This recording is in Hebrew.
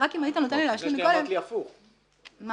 רק אם היית נותן לי להשלים קודם --- לפני זה אמרת לי הפוך.